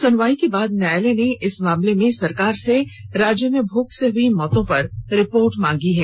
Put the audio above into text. सुनवाई के बाद न्यायालय ने इस मामले में सरकार से राज्य में भुख से हई मौत पर रिपोर्ट मांगी है